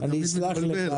אתה תמיד מתבלבל,